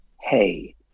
hey